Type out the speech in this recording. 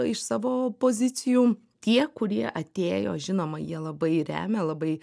iš savo pozicijų tie kurie atėjo žinoma jie labai remia labai